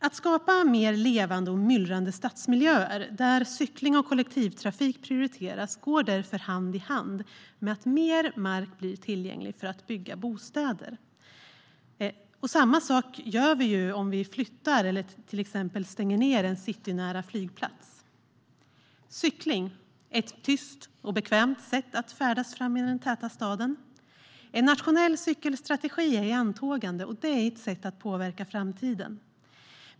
Att skapa mer levande och myllrande stadsmiljöer där cykling och kollektivtrafik prioriteras går därför hand i hand med att mer mark blir tillgänglig för att bygga bostäder. Samma sak är det när vi flyttar eller stänger ned en citynära flygplats. Cykling är ett tyst och bekvämt sätt att färdas i den täta staden. En nationell cykelstrategi är i antågande, och det är ett sätt att påverka framtiden.